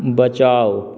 बचाउ